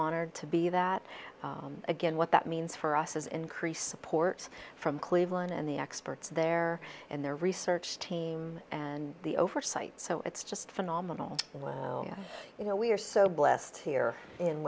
honored to be that again what that means for us is increased support from cleveland and the experts there and their research team and the oversight so it's just phenomenal you know we're so blessed here in